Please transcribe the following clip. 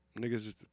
Niggas